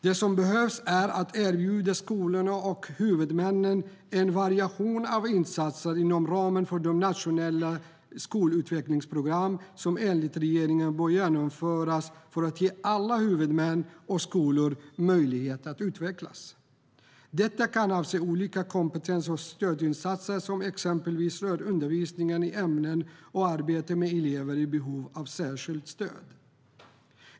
Det som behövs är att erbjuda skolor och huvudmän en variation av insatser inom ramen för de nationella skolutvecklingsprogram som enligt regeringen bör genomföras för att ge alla huvudmän och skolor möjlighet att utvecklas. Detta kan avse olika kompetens och stödinsatser som exempelvis rör undervisning i ämnen och arbete med elever i behov av särskilt stöd.